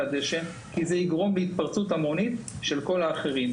הדשא כי זה יגרום להתפרצות המונית של כל האחרים.